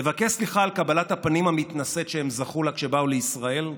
לבקש סליחה על קבלת הפנים המתנשאת שהם זכו לה כשבאו לישראל,